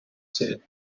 said